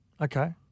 Okay